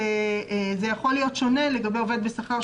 זה יכול להיות שונה לגבי עובד בשכר,